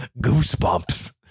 goosebumps